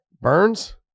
burns